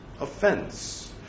offense